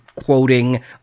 quoting